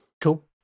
Cool